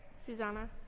Susanna